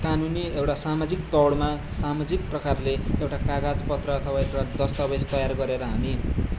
कानुनी एउटा सामाजिक तौरमा सामाजिक प्रकारले एउटा कागज पत्र अथवा एउटा दस्तावेज तयार गरेर हामी